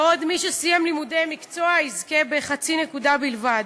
בעוד מי שסיים לימודי מקצוע יזכה בחצי נקודה בלבד.